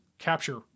capture